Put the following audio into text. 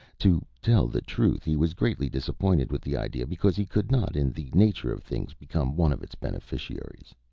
to tell the truth, he was greatly disappointed with the idea, because he could not in the nature of things become one of its beneficiaries.